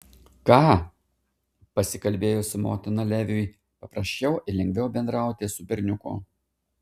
ką pasikalbėjus su motina leviui paprasčiau ir lengviau bendrauti su berniuku